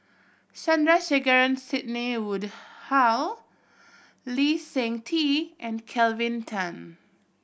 Sandrasegaran Sidney Woodhull Lee Seng Tee and Kelvin Tan